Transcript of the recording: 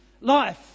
life